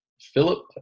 Philip